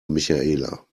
michaela